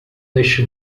neste